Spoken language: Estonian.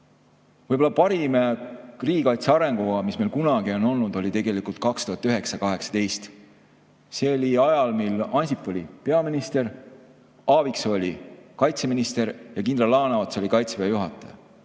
Võib-olla parim riigikaitse arengukava, mis meil kunagi on olnud, oli tegelikult aastail 2009–2018. See oli ajal, mil Ansip oli peaminister, Aaviksoo oli kaitseminister ja kindral Laaneots oli Kaitseväe juhataja.